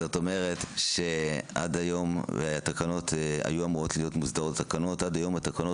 זאת אומרת שעד היום התקנות שהיו אמורות להיות מוסדרות לא הותקנו,